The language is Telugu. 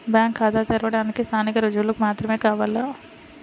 బ్యాంకు ఖాతా తెరవడానికి స్థానిక రుజువులు మాత్రమే కావాలా?